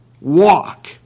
walk